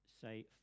say